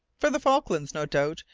for the falklands, no doubt,